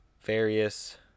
various